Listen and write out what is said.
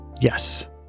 Yes